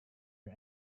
are